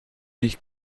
nicht